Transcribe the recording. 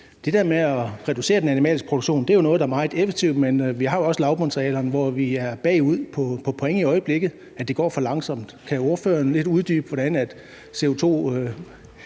det med at reducere den animalske produktion er noget, der er meget effektivt, men vi har jo også lavbundsarealerne, hvor vi er bagud på point i øjeblikket, og det går for langsomt. Kan ordføreren uddybe lidt, hvordan